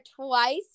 twice